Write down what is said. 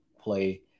play